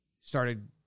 started